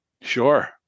Sure